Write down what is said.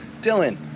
Dylan